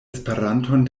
esperanton